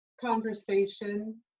conversation